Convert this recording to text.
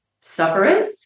sufferers